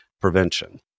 Prevention